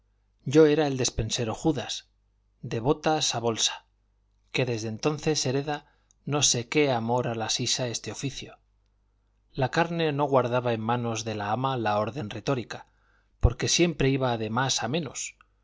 yo era el despensero judas de botas a bolsa que desde entonces hereda no sé qué amor a la sisa este oficio la carne no guardaba en manos de la ama la orden retórica porque siempre iba de más a menos